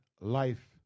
life